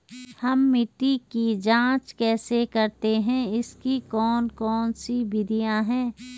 हम मिट्टी की जांच कैसे करते हैं इसकी कौन कौन सी विधियाँ है?